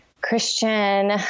Christian